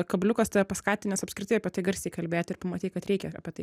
kabliukas tave paskatinęs apskritai apie tai garsiai kalbėti ir pamatei kad reikia apie tai